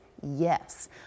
yes